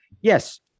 yes